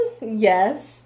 Yes